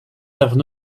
servent